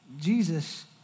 Jesus